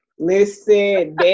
listen